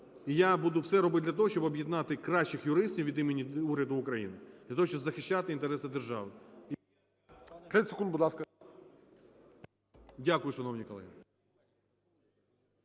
І я буду все робити для того, щоб об'єднати кращих юристів від імені уряду України для того, щоб захищати інтереси держави. ГОЛОВУЮЧИЙ.